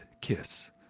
kiss